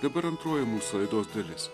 dabar antroji mūsų laidos dalis